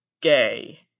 gay